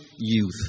youth